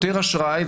יותר אשראי,